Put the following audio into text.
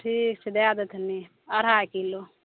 ठीक छै दै देथिनि अढ़ाइ किलो